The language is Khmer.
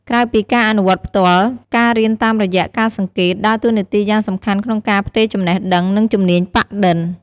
ក្រៅពីការអនុវត្តផ្ទាល់ ការរៀនតាមរយៈការសង្កេត ដើរតួនាទីយ៉ាងសំខាន់ក្នុងការផ្ទេរចំណេះដឹង និងជំនាញប៉ាក់-ឌិន។